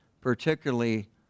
particularly